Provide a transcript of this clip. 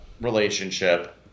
relationship